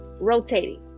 rotating